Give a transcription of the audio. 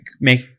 make